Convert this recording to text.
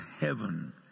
heaven